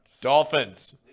Dolphins